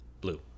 Blue